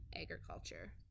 agriculture